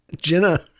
Jenna